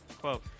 Quote